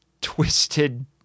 twisted